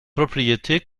propriété